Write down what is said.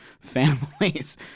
families